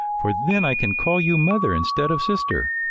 for then i can call you mother instead of sister.